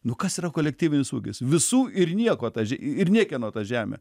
nu kas yra kolektyvinis ūkis visų ir nieko tas ir niekieno ta žemė